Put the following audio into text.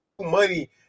money